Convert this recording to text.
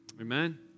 Amen